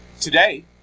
Today